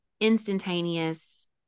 instantaneous